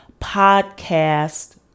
podcast